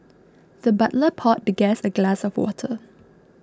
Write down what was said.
the butler poured the guest a glass of water